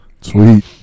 Sweet